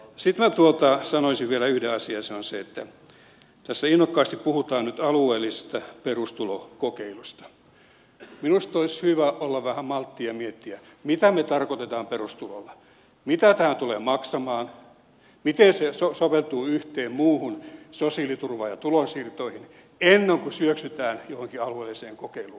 sitten minä sanoisin vielä yhden asian ja se on se että kun tässä innokkaasti puhutaan nyt alueellisista perustulokokeiluista minusta olisi hyvä olla vähän malttia ja miettiä mitä me tarkoitamme perustulolla mitä tämä tulee maksamaan miten se soveltuu yhteen muuhun sosiaaliturvaan ja tulonsiirtoihin ennen kuin syöksytään johonkin alueelliseen kokeiluun